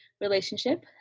relationship